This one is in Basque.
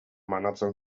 banatzen